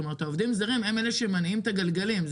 העובדים הזרים הם אלה שמניעים את הגלגלים,